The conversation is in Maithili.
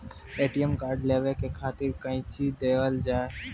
ए.टी.एम कार्ड लेवे के खातिर कौंची देवल जाए?